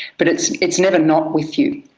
but it's it's never not with you.